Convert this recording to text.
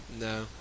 No